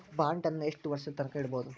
ಬಾಂಡನ್ನ ಯೆಷ್ಟ್ ವರ್ಷದ್ ತನ್ಕಾ ಇಡ್ಬೊದು?